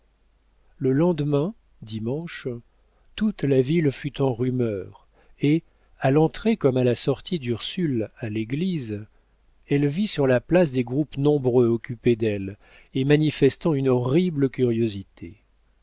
le lendemain dimanche toute la ville fut en rumeur et à l'entrée comme à la sortie d'ursule à l'église elle vit sur la place des groupes nombreux occupés d'elle et manifestant une horrible curiosité